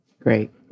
Great